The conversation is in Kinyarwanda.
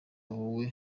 wowe